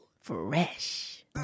fresh